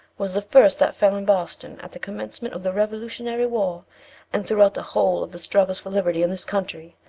was the first that fell in boston at the commencement of the revolutionary war and throughout the whole of the struggles for liberty in this country,